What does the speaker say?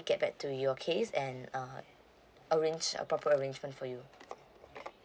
get back to your case and uh arrange a proper arrangement for you